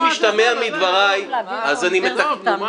אם השתמע מדבריי, אז אני --- יואב, נו מה?